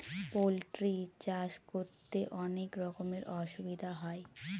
poultry চাষ করতে অনেক রকমের অসুবিধা হয়